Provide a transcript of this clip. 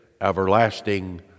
everlasting